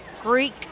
Greek